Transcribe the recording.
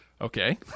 okay